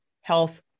health